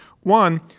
One